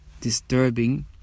disturbing